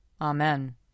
Amen